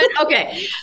Okay